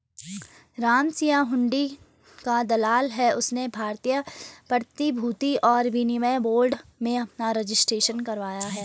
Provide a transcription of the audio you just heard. रामसिंह हुंडी का दलाल है उसने भारतीय प्रतिभूति और विनिमय बोर्ड में अपना रजिस्ट्रेशन करवाया है